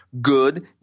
good